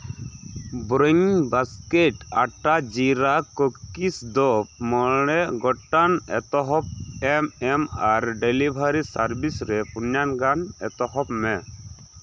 ᱵᱨᱚᱭᱤᱝ basket ᱟᱴᱟ ᱡᱤᱨᱟ cookies ᱫᱚ ᱢᱚᱬᱮ ᱜᱚᱴᱟᱝ ᱮᱛᱚᱦᱚᱵᱽ ᱮᱢ ᱟᱨ ᱰᱮᱞᱤᱵᱷᱟᱨᱤ ᱥᱟᱨᱵᱷᱤᱥ ᱨᱮ ᱯᱳᱱᱭᱟ ᱜᱟᱱ ᱮᱛᱚᱦᱚᱵᱽ ᱢᱮ